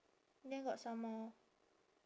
there got some more